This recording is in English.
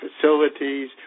facilities